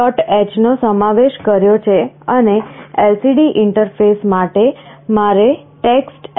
h નો સમાવેશ કર્યો છે અને LCD ઇન્ટરફેસ માટે મારે TextLCD